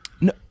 no